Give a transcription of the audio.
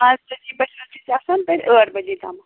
پانٛژِ بجے پٮ۪ٹھ چھِ أسۍ آسان تَتہِ ٲٹھ بَجے تامتھ